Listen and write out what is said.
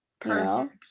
Perfect